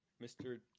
Mr